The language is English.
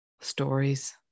stories